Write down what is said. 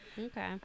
Okay